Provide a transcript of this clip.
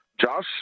Josh